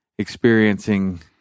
experiencing